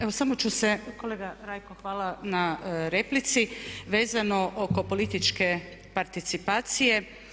Evo samo ću se, kolega Rajko hvala na replici, vezano oko političke participacije.